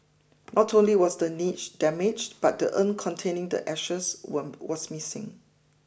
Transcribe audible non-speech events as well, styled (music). not only was the niche damaged but the urn containing the ashes (unintelligible) was missing